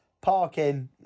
Parking